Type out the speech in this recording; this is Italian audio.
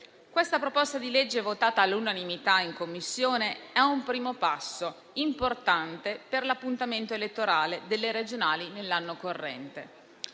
Questa proposta di legge, votata all'unanimità in Commissione, è un primo passo importante per l'appuntamento elettorale delle elezioni regionali nell'anno corrente.